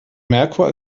merkur